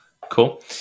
cool